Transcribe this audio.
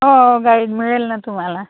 हो गाईड मिळेल ना तुम्हाला